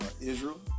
Israel